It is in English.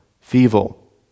feeble